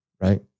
right